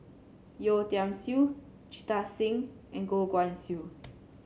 Yeo Tiam Siew Jita Singh and Goh Guan Siew